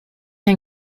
ein